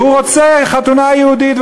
והוא רוצה חתונה יהודית,